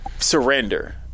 Surrender